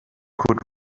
could